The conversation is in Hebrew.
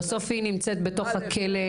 בסוף היא נמצאת בתוך הכלא.